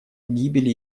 гибели